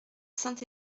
saint